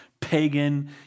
pagan